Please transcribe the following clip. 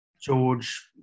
George